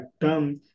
term